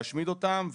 להשמיד אותם,